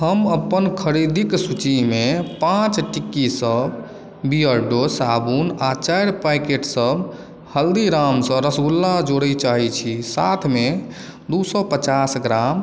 हम अपन खरीदिक सूची मे पाॅंच टिक्की सऽ बियर्डो साबुन आ चारि पैकेट सब हल्दीराम सऽ रसगुल्ला जोड़य चाहै छी साथ मे दू सए पचास ग्राम